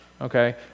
okay